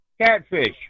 Catfish